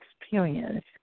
experience